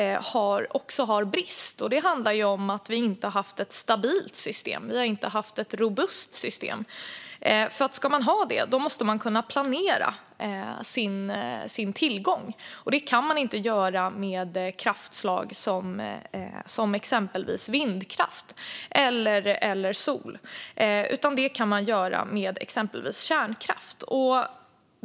Det handlar om att vi inte har haft ett stabilt och robust system. För att ha det måste man kunna planera sin tillgång, och det kan man inte med kraftslag som exempelvis vindkraft eller solkraft. Men det kan man med exempelvis kärnkraft.